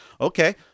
Okay